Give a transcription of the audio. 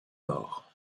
mort